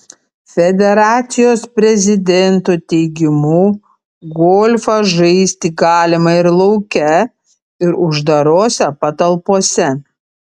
federacijos prezidento teigimu golfą žaisti galima ir lauke ir uždarose patalpose